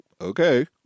okay